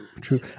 true